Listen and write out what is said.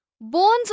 Bones